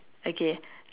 okay